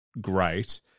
great